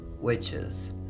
witches